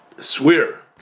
swear